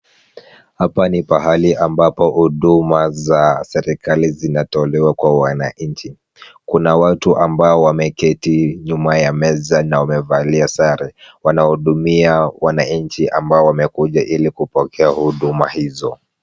Hapa ni pahali ambapo huduma za serikali zinatolewa kwa wananchi. Kuna watu ambao wameketi nyuma ya meza na wamevalia sare. Wanahudumia wananchi ambao wamekuja ili kupokea huduma hizo.